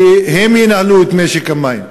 שהן ינהלו את משק המים,